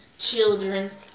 children's